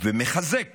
ומחזק